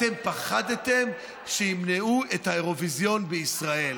אתם פחדתם שיימנעו את האירוויזיון בישראל.